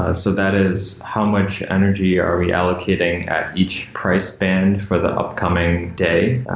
ah so that is how much energy are we allocating at each price bend for the upcoming day.